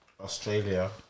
Australia